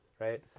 right